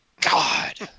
God